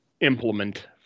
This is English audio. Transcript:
implement